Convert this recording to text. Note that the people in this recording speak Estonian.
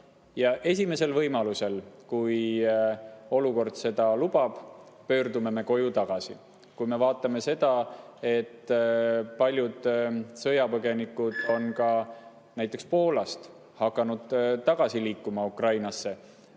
esimesel võimalusel, kui olukord seda lubab, pöördume koju tagasi. Kui me vaatame seda, kui paljud sõjapõgenikud on näiteks Poolast hakanud tagasi liikuma Ukrainasse,